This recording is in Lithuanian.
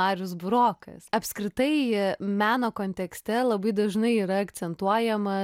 marius burokas apskritai meno kontekste labai dažnai yra akcentuojama